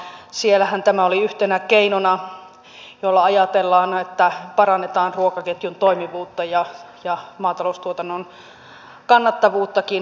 siellähän tämä oli yhtenä keinona josta ajatellaan että sillä parannetaan ruokaketjun toimivuutta ja maataloustuotannon kannattavuuttakin